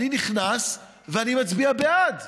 אני נכנס ואני מצביע בעד.